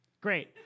Great